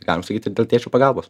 galim sakyt ir dėl tėčio pagalbos